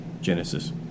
Genesis